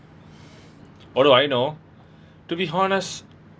what do I know to be honest